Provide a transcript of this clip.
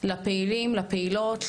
לפעילים לפעילות,